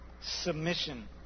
Submission